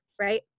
right